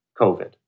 COVID